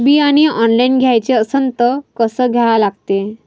बियाने ऑनलाइन घ्याचे असन त कसं घ्या लागते?